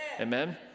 Amen